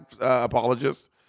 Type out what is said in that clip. apologists